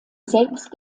selbst